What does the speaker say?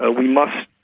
ah we must